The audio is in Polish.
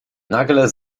nagle